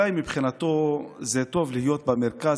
אולי מבחינתו זה טוב להיות במרכז,